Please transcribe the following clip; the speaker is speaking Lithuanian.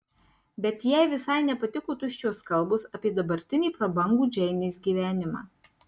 bet jai visai nepatiko tuščios kalbos apie dabartinį prabangų džeinės gyvenimą